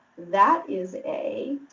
that is a